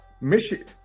Michigan